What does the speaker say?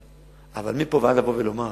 אבל מפה ועד לבוא ולומר